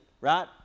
Right